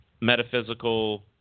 metaphysical